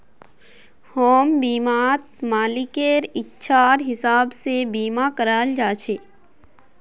home बीमात मालिकेर इच्छार हिसाब से बीमा कराल जा छे